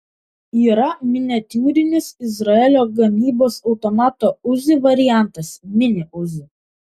yra miniatiūrinis izraelio gamybos automato uzi variantas mini uzi